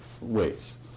ways